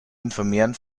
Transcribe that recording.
informieren